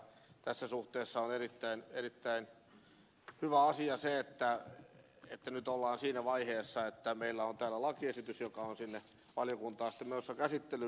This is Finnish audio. tässä suhteessa on erittäin hyvä asia se että nyt ollaan siinä vaiheessa että meillä on täällä lakiesitys joka on sinne valiokuntaan sitten menossa käsittelyyn